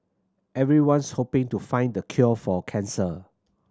everyone's hoping to find the cure for cancer